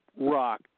rock